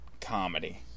comedy